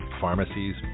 pharmacies